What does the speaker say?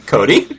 Cody